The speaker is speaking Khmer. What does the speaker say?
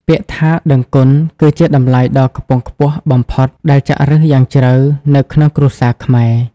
ពាក្យថា "ដឹងគុណ" គឺជាតម្លៃដ៏ខ្ពង់ខ្ពស់បំផុតដែលចាក់ឫសយ៉ាងជ្រៅនៅក្នុងគ្រួសារខ្មែរ។